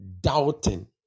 Doubting